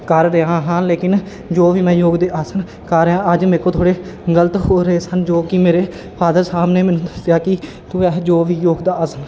ਕਰ ਰਿਹਾ ਹਾਂ ਲੇਕਿਨ ਜੋ ਵੀ ਮੈਂ ਯੋਗ ਦੇ ਆਸਣ ਕਰ ਰਿਹਾ ਹਾਂ ਅੱਜ ਮੇਰੇ ਕੋਲ ਥੋੜ੍ਹੇ ਗ਼ਲਤ ਹੋ ਰਹੇ ਸਨ ਜੋ ਕਿ ਮੇਰੇ ਫਾਦਰ ਸਾਹਿਬ ਨੇ ਮੈਨੂੰ ਦੱਸਿਆ ਕਿ ਤੂੰ ਇਹ ਜੋ ਵੀ ਯੋਗ ਦਾ ਆਸਣ